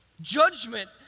Judgment